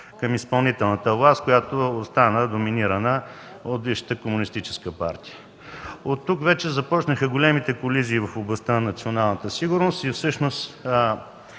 към изпълнителната власт, която остана доминирана от бившата Комунистическа партия. Оттук вече започнаха и големите колизии в областта на националната сигурност. Може